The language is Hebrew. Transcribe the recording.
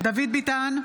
דוד ביטן,